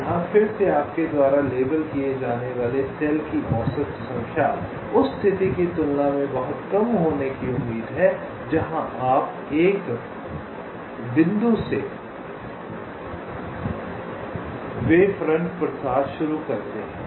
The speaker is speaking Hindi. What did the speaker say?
तो यहाँ फिर से आपके द्वारा लेबल किए जाने वाले सेल की औसत संख्या उस स्थिति की तुलना में बहुत कम होने की उम्मीद है जहां आप एक बिंदु से वेव फ्रंट प्रसार शुरू करते हैं